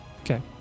Okay